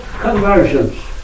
conversions